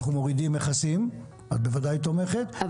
אנחנו מורידים מכסים ואת בוודאי תומכת,